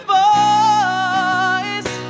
voice